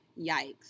yikes